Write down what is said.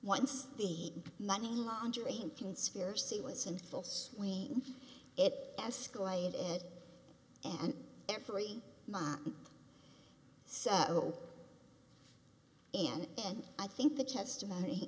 once the money laundering conspiracy was in full swing it escalated and every month or so and and i think the testimony